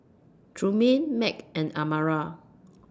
Trumaine Mack and Amara